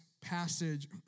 passage